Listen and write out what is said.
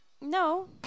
No